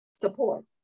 support